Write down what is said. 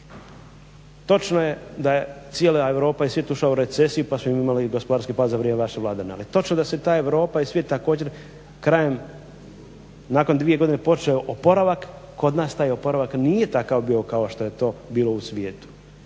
točno je da je cijela Europa i svijet ušao u recesiju pa smo imali i gospodarski pad za vrijeme vaše vladavine, ali je točno i da se ta Europa i svijet također krajem, nakon dvije godine počeo oporavak, kod nas taj oporavak nije takav bio kao što je to bilo u svijetu